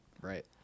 right